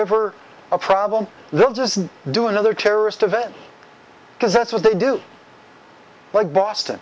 ever a problem they'll just do another terrorist event because that's what they do like boston